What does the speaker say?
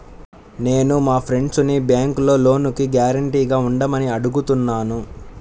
నేను మా ఫ్రెండ్సుని బ్యేంకులో లోనుకి గ్యారంటీగా ఉండమని అడుగుతున్నాను